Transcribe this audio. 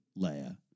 Leia